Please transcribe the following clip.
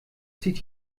zieht